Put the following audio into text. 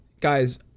Guys